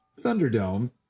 Thunderdome